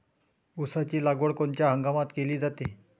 ऊसाची लागवड कोनच्या हंगामात केली जाते?